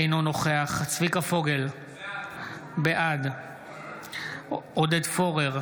אינו נוכח צביקה פוגל, בעד עודד פורר,